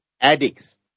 addicts